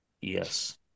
Yes